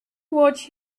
watch